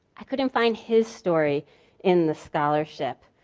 i couldn't find his story in the scholarship.